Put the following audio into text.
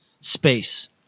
space